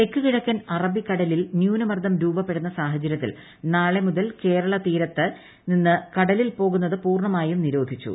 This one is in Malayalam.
തെക്കു കിഴക്കൻ അറബിക്കടലിൽ ന്യൂനമർദ്ദം രൂപപ്പെടുന്ന സാഹചരൃത്തിൽ നാളെ മുതൽ കേരള തീരത്ത് നിന്ന് കടലിൽ പോകുന്നത് പൂർണ്ണമായും നിരോധിച്ചു